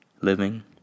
living